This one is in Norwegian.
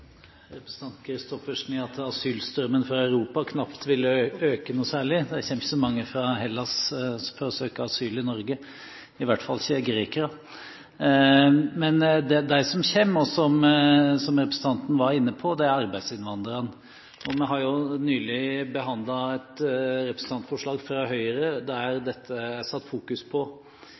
representanten Christoffersen i at asylstrømmen fra Europa knapt vil øke noe særlig – det kommer ikke så mange fra Hellas for å søke asyl i Norge, i hvert fall ikke grekere. Men de som kommer, som representanten var inne på, er arbeidsinnvandrere. Vi har jo nylig behandlet et representantforslag fra Høyre der dette er satt fokus på,